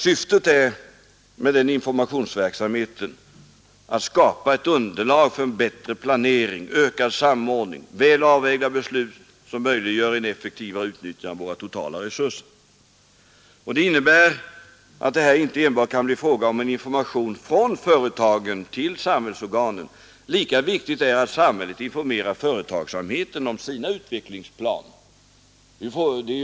Syftet med denna informationsverksamhet är att skapa ett underlag för en bättre planering, en ökad samordning och väl avvägda beslut som möjliggör ett effektivare utnyttjande av våra totala resurser. Detta innebär att det här inte enbart kan bli fråga om en information från företagen till samhällsorganen. Lika viktigt är att samhället informerar företagsamheten om sina utvecklingsplaner.